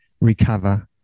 recover